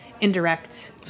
indirect